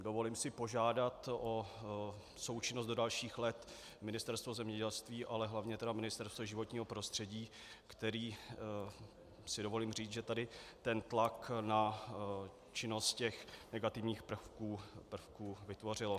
Dovolím si požádat o součinnost do dalších let Ministerstva zemědělství, ale hlavně Ministerstva životního prostředí, které si dovolím říct, že tady ten tlak na činnost negativních prvků vytvořilo.